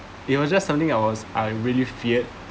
it was just something I was I really feared